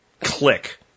Click